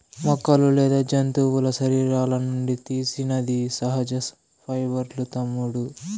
మొక్కలు లేదా జంతువుల శరీరాల నుండి తీసినది సహజ పైబర్లూ తమ్ముడూ